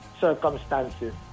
circumstances